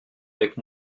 avec